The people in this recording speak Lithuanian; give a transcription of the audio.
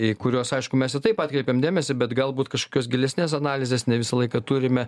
į kuriuos aišku mes ir taip atkreipiam dėmesį bet galbūt kažkokios gilesnės analizės ne visą laiką turime